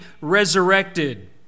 resurrected